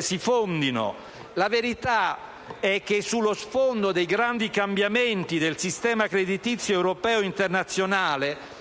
si fondino. La verità è che, sullo sfondo dei grandi cambiamenti del sistema creditizio europeo ed internazionale,